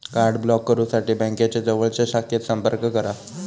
card block करुसाठी बँकेच्या जवळच्या शाखेत संपर्क करा